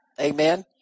Amen